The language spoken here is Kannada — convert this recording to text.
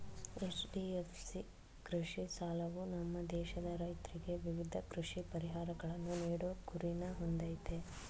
ಎಚ್.ಡಿ.ಎಫ್.ಸಿ ಕೃಷಿ ಸಾಲವು ನಮ್ಮ ದೇಶದ ರೈತ್ರಿಗೆ ವಿವಿಧ ಕೃಷಿ ಪರಿಹಾರಗಳನ್ನು ನೀಡೋ ಗುರಿನ ಹೊಂದಯ್ತೆ